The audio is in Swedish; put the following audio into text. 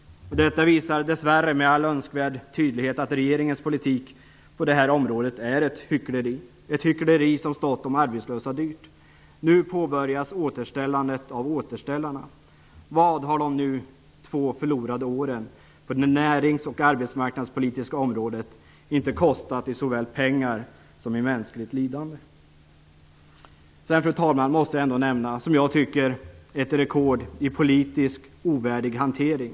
Detta visar dess värre med all önskvärd tydlighet att regeringens politik på det här området är ett hyckleri, ett hyckleri som har stått de arbetslösa dyrt. Nu påbörjas återställandet av återställarna. Vad har de två förlorade åren på det närings och arbetsmarknadspolitiska området inte kostat i såväl pengar som mänskligt lidande? Fru talman! Sedan måste jag omnämna ett - som jag anser det - rekord i politisk ovärdig hantering.